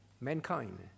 mankind